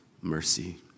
mercy